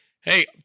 Hey